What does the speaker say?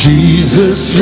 Jesus